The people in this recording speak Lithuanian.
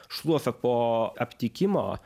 šluota po aptikimo